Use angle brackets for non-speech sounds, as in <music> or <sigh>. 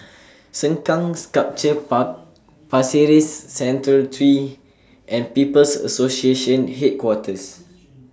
<noise> Sengkang Sculpture Park Pasir Ris Central Street and People's Association Headquarters